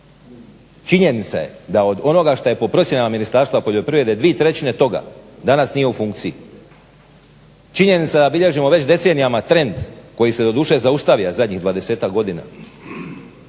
Činjenica je da od onoga što je po procjenama Ministarstva poljoprivrede, dvije trećine toga danas nije u funkciji. Činjenica da bilježimo već decenijama trend koji se doduše zaustavio zadnjih dvadesetak